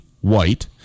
White